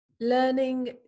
learning